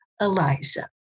Eliza